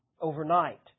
overnight